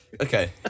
Okay